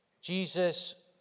Jesus